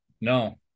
no